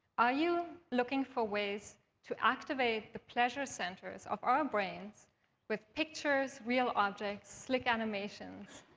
are you looking for ways to activate the pleasure centers of our brains with pictures, real objects, slick animations,